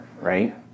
Right